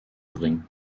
bringen